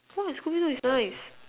what scooby-doo is nice